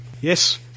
Yes